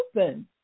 open